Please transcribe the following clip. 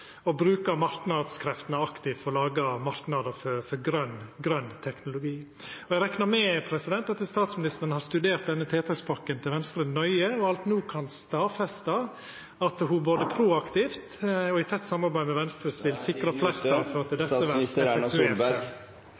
å bruka marknadskreftene aktivt for å laga marknader for grøn teknologi. Eg reknar med at statsministeren har studert denne tiltakspakken til Venstre nøye og alt no kan stadfesta at ho proaktivt og i tett samarbeid med Venstre vil sikra